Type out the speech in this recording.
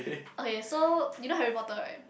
okay so you know Harry-Potter right